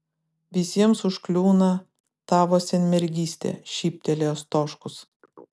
visiems užkliūna tavo senmergystė šyptelėjo stoškus